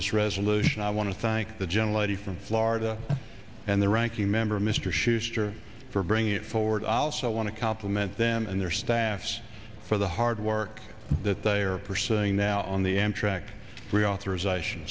this resolution i want to thank the gentleman from florida and the ranking member mr schuester for bringing it forward i also want to compliment them and their staffs for the hard work that they are pursuing now on the amtrak reauthorization